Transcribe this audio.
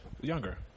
Younger